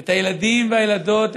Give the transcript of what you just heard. את הילדים והילדות,